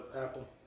Apple